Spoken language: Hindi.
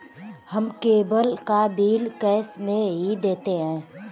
हम केबल का बिल कैश में ही देते हैं